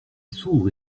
s’ouvre